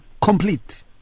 complete